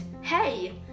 Hey